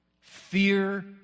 Fear